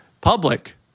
public